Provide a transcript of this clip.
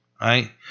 right